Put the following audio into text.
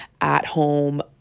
at-home